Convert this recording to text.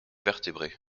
vertébrés